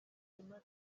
byimazeyo